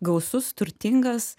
gausus turtingas